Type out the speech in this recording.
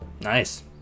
Nice